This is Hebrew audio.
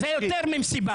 זה יותר ממסיבה.